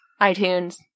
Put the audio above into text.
iTunes